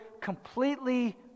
completely